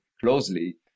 closely